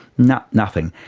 no, nothing.